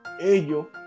ellos